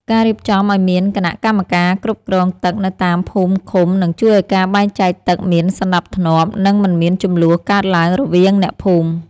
ការរៀបចំឱ្យមានគណៈកម្មការគ្រប់គ្រងទឹកនៅតាមភូមិឃុំនឹងជួយឱ្យការបែងចែកទឹកមានសណ្តាប់ធ្នាប់ និងមិនមានជម្លោះកើតឡើងរវាងអ្នកភូមិ។